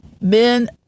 men